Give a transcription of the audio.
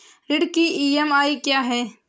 ऋण की ई.एम.आई क्या है?